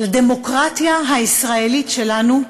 לדמוקרטיה הישראלית שלנו,